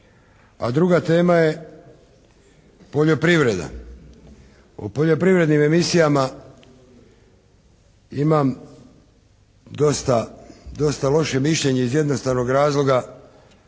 A druga tema je poljoprivreda. O poljoprivrednim emisijama imam dosta loše mišljenje iz jednostavnog razloga